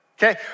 Okay